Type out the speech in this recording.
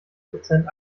prozent